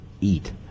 eat